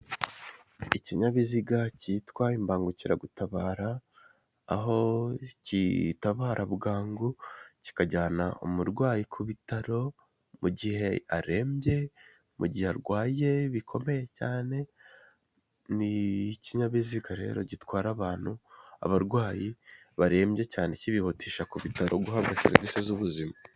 Ikinyabiziga cyitwa imbangukira gutabara aho kitabara bwangu kikajyana umurwayi ku bitaro mu gihe arembye mu gihe arwaye bikomeye cyane nikinyabiziga rero gitwara abantu abarwayi barembye cyane kibihutisha ku bitaro guhabwa serivisi z'ubuzima.